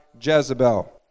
Jezebel